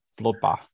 bloodbath